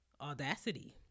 Audacity